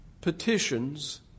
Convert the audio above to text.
petitions